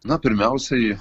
na pirmiausiai